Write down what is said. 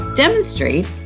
demonstrate